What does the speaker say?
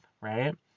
right